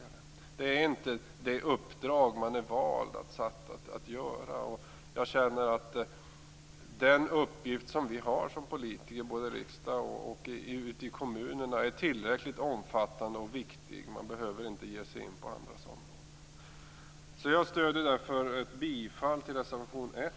Företagsverksamhet ingår inte i det uppdrag som vi är valda för att utföra. Den uppgift som vi har som politiker, både i riksdagen och ute i kommunerna, är tillräckligt omfattande och viktig, och vi behöver inte ge oss in på andras områden. Jag yrkar därför bifall till reservation 1.